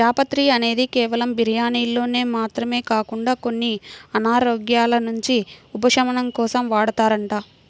జాపత్రి అనేది కేవలం బిర్యానీల్లో మాత్రమే కాకుండా కొన్ని అనారోగ్యాల నుంచి ఉపశమనం కోసం వాడతారంట